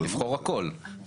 לבחור הכול,